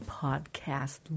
podcast